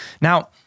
Now